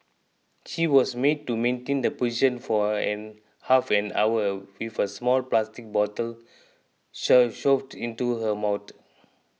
she was made to maintain the position for half an hour with a small plastic bottle shoved into her mouth